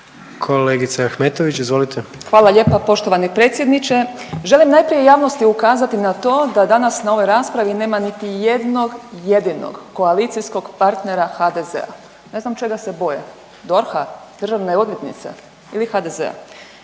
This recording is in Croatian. **Ahmetović, Mirela (SDP)** Hvala lijepa poštovani predsjedniče. Želim najprije javnosti ukazati na to da danas na ovoj raspravi nema niti jednog jedinog koalicijskog partnera HDZ-a, ne znam čega se boje, DORH-a, državne odvjetnice ili HDZ-a.